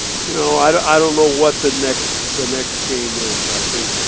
you know, i don't i don't know what the next the next game is. i think